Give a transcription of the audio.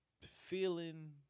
feeling